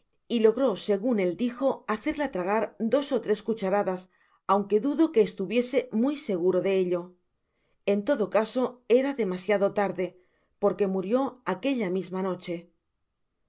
y logró segun él dijo hacerla tragar dos ó tres cucharadas aunque dudo que estuviese muy seguro de ello en todo caso era demasiado tarde porque murió aquella misma aoehe